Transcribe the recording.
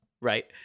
Right